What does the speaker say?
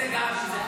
זה חצי צד,